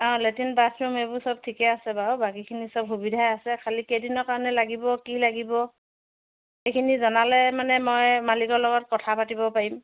অঁ latrine bathroom এইবোৰ চব ঠিকে আছে বাৰু বাকীখিনি চব সুবিধাই আছে খালি কেইদিনৰ কাৰণে লাগিব কি লাগিব সেইখিনি জনালে মানে মই মালিকৰ লগত কথা পাতিব পাৰিম